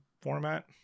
format